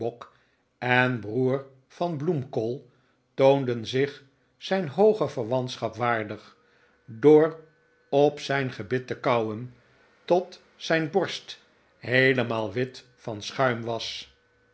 en broer van bloemkool toonde zich zijn hooge verwantschap waardig door op zijn gebit te kauwen tot zijn borst heelemaal wit van schuim was